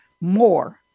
more